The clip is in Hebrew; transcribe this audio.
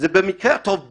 זה במקרה הטוב בורות,